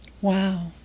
Wow